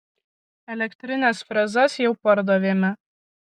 elektrines frezas jau pardavėme